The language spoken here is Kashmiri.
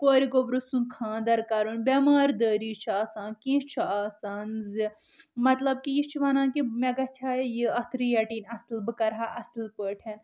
کُورِ گوٚبرِ سُند خانٛدر کرُن بٮ۪ماردٲری چھ آسان کیٚنٛہہ چھُ آسان زِ مطلب کہِ یہِ چھُ ونان کہِ مےٚ گژھہِ ہا اتھ ریٹ یِن اصٕل بہٕ کرٕہا اصٕل پاٹھۍ